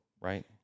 right